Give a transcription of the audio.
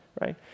right